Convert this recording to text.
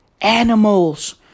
animals